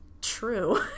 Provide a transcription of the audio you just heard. True